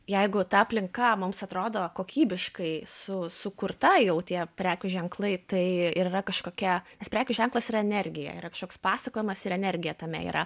jeigu ta aplinka mums atrodo kokybiškai su sukurta jau tie prekių ženklai tai ir yra kažkokia nes prekių ženklas yra energija yra kažkoks pasakojimas ir energija tame yra